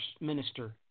Minister